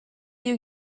you